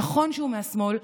נכון שהוא מהשמאל,